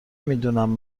میدونم